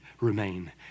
remain